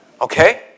Okay